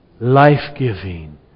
life-giving